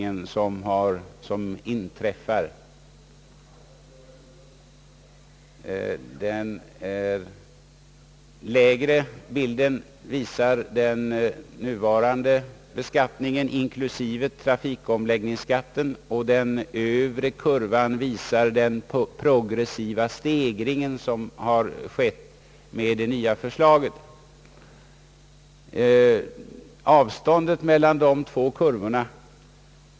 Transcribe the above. Den undre kurvan visar den nuvarande beskattiningen inklusive trafikomläggningsskatten, och den övre kurvan visar den progressiva stegring som har skett genom det nya förslaget. Skillnaden mellan kurvorna utgör ett mått på skattehöjningen.